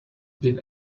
been